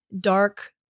dark